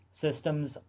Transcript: Systems